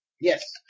Yes